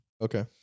Okay